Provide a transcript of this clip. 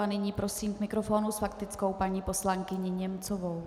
Nyní prosím k mikrofonu s faktickou paní poslankyni Němcovou.